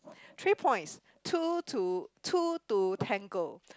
three points two to two to tango